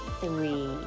three